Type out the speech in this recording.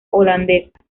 holandesa